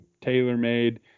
tailor-made